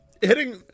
hitting